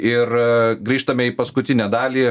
ir grįžtame į paskutinę dalį